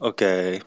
Okay